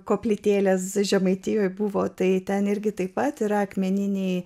koplytėlės žemaitijoj buvo tai ten irgi taip pat yra akmeniniai